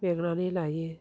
बेंनानै लायो